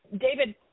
David